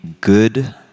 good